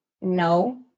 No